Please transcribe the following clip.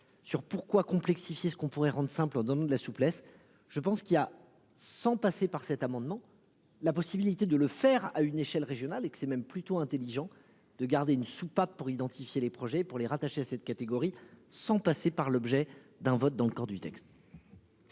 sur pourquoi complexifié, ce qu'on pourrait rendent simple on donne de la souplesse. Je pense qu'il y a sans passer par cet amendement. La possibilité de le faire à une échelle régionale et que c'est même plutôt intelligent de garder une soupape pour identifier les projets pour les rattacher cette catégorie sans passer par l'objet d'un vote dans le corps du texte.